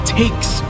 takes